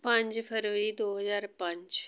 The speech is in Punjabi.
ਪੰਜ ਫਰਵਰੀ ਦੋ ਹਜ਼ਾਰ ਪੰਜ